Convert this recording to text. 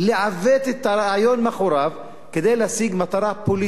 לעוות את הרעיון מאחוריו כדי להשיג מטרה פוליטית.